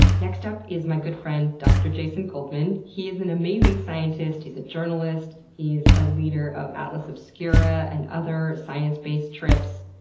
next up is my good friend, dr. jason goldman. he is an amazing scientist. he's a journalist. he's a leader of atlas obscura and other science-based trips.